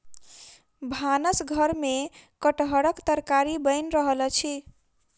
भानस घर में कटहरक तरकारी बैन रहल अछि